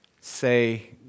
say